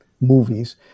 movies